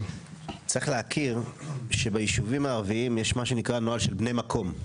צריך להכיר שבישובים הערביים יש מה שנקרא נוהל של בני מקום.